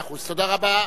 מאה אחוז, תודה רבה.